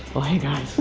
oh hey, guys.